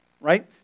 right